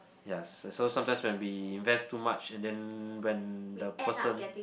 ya s~ so sometimes when we invest too much and then when the person